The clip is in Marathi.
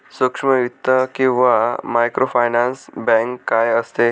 सूक्ष्म वित्त किंवा मायक्रोफायनान्स बँक काय असते?